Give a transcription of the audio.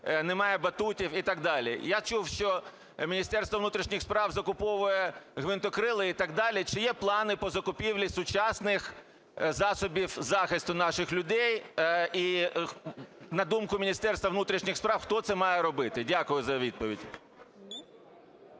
немає батутів і так далі. Я чув, що Міністерство внутрішніх справ закуповує гвинтокрили і так далі. Чи є плани по закупівлі сучасних засобів захисту наших людей? І на думку Міністерства внутрішніх справ, хто це має робити? Дякую за відповідь.